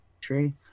tree